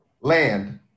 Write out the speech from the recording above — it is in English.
Land